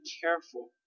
careful